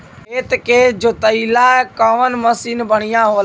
खेत के जोतईला कवन मसीन बढ़ियां होला?